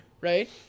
right